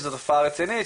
שזו תופעה רצינית,